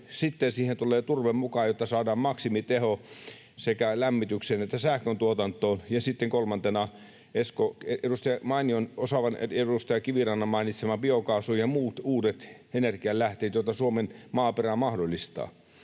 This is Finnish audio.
Sitten siihen tulee turve mukaan, jotta saadaan maksimiteho sekä lämmitykseen että sähköntuotantoon. Ja sitten kolmantena on mainion, osaavan edustaja Kivirannan mainitsema biokaasu ja muut uudet energialähteet, joita Suomen maaperä mahdollistaa: